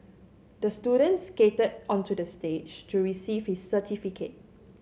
the student skated onto the stage to receive his certificate